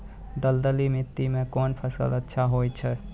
दलदली माटी म कोन फसल अच्छा होय छै?